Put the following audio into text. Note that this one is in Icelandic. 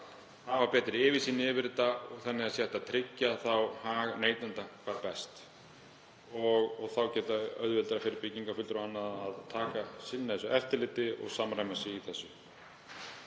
hafa betri yfirsýn yfir þetta þannig að hægt sé að tryggja hag neytenda hvað best og þá verði auðveldara fyrir byggingarfulltrúana að sinna þessu eftirliti og samræma sig í þessu.